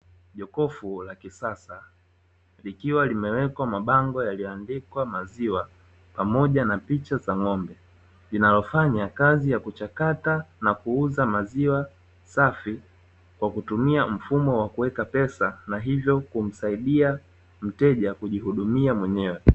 Jokofu la kisasa, ikiwa limewekwa mabango yaliyoandikwa "maziwa"pamoja na picha za ng'ombe, linalofanya kazi ya kuchakata na kuuza maziwa safi kwa kutumia mfumo wa kuweka pesa, na hivyo kumsaidia mteja kujihudumia mwenyewe.